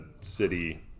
city